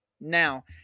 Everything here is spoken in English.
Now